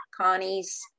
Connie's